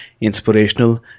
inspirational